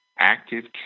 active